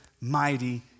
mighty